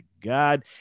God